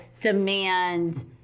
demand